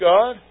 God